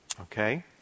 Okay